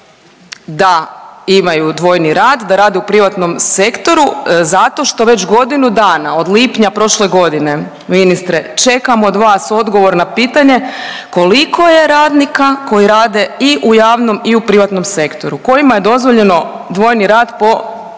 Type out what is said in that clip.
da imaju dvojni rad, da rade u privatnom sektoru zato što već godinu dana od lipnja prošle godine ministre čekam od vas odgovor na pitanje koliko je radnika koji rade i u javnom i u privatnom sektoru kojima je dozvoljeno dvojni rad po